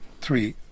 three